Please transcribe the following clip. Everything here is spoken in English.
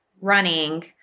running